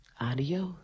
Adios